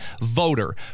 voter